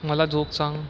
मला जोक सांग